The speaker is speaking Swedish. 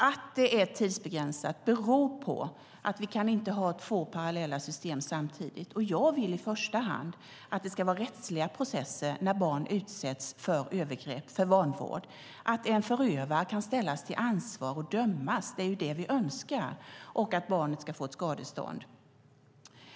Att det är tidsbegränsat beror på att vi inte kan ha två parallella system samtidigt. Jag vill i första hand att det ska vara rättsliga processer när barn utsätts för övergrepp eller vanvård, att en förövare kan ställas till ansvar och dömas och att barnet ska få ett skadestånd. Det är ju det vi önskar.